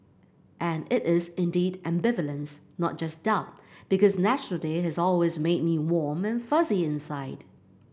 and it is indeed ambivalence not just doubt because National Day has always made me warm and fuzzy inside